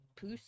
Puss